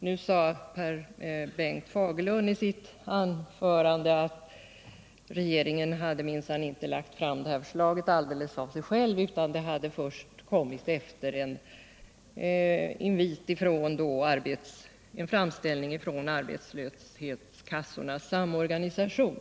Nu sade Bengt Fagerlund i sitt anförande att regeringen minsann inte lagt fram det här förslaget alldeles av sig själv, utan det hade kommit först efter en framställning från arbetslöshetskassornas samorganisation.